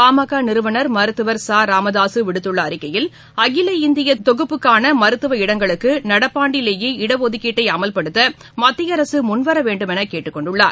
பாமக் நிறுவனர் மருத்துவர் ச ராமதாசு விடுத்துள்ள அறிக்கையில் அகில இந்திய தொகுப்புக்கான மருத்துவ இடங்குளுக்கு நடப்பாண்டிலேயே இடஒதுக்கீட்டை அமல்படுத்த மத்திய அரசு முன்வர வேண்டும் என கேட்டுக்கொண்டுள்ளார்